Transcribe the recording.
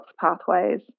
pathways